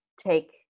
take